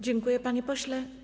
Dziękuję, panie pośle.